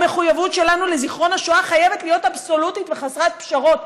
המחויבות שלנו לזיכרון השואה חייבת להיות אבסולוטית וחסרת פשרות.